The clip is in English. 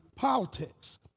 politics